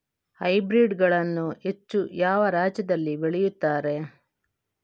Hybrid ಗಳನ್ನು ಹೆಚ್ಚು ಯಾವ ರಾಜ್ಯದಲ್ಲಿ ಬೆಳೆಯುತ್ತಾರೆ?